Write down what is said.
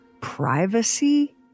privacy